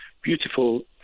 beautiful